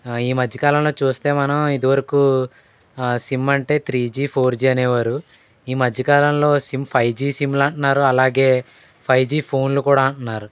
ఈ మధ్యకాలంలో చూస్తే మనం ఇదివరకు సిమ్ అంటే త్రీ జీ ఫోర్ జీ అనేవారు ఈ మధ్యకాలంలో సిమ్ ఫైవ్ జీ సిమ్లు అంటున్నారు అలాగే ఫైవ్ జీ ఫోన్లు కూడా అంటున్నారు